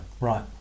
Right